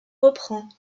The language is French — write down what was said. reprend